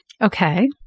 Okay